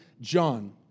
John